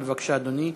בבקשה, אדוני.